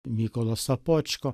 mykolą sapočko